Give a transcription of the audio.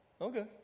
Okay